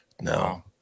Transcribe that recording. No